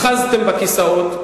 אחזתם בכיסאות.